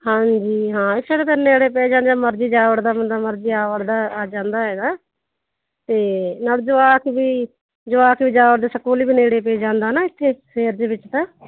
ਹਾਂਜੀ ਹਾਂ ਇੱਥੇ ਤਾਂ ਫਿਰ ਨੇੜੇ ਪੈ ਜਾਂਦਾ ਜਦੋਂ ਮਰਜ਼ੀ ਜਾ ਵੜਦਾ ਬੰਦਾ ਮਰ ਜਾ ਵੜਦਾ ਜਾਂਦਾ ਹੈਗਾ ਅਤੇ ਨਾਲ ਜਵਾਕ ਵੀ ਜਵਾਕ ਵੀ ਜਾ ਵੜਦੇ ਸਕੂਲ ਵੀ ਨੇੜੇ ਪੈ ਜਾਂਦਾ ਨਾ ਇੱਥੇ ਸ਼ਹਿਰ ਦੇ ਵਿੱਚ ਤਾਂ